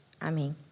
Amém